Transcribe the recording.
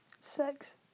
Sex